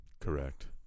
Correct